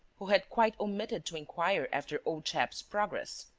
who had quite omitted to inquire after old chap's progress.